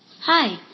Hi